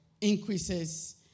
increases